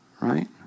Right